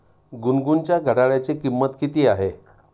गुनगुनच्या घड्याळाची किंमत किती आहे?